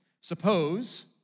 suppose